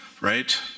right